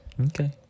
Okay